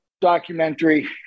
documentary